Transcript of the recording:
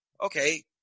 okay